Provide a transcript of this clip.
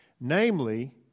Namely